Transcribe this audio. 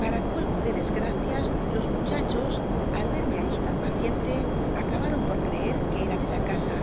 para colmo de desgmcias jos muchachos al verme all í tan paciente acabaron por creer que era de la casa